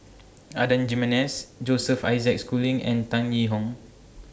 Adan Jimenez Joseph Isaac Schooling and Tan Yee Hong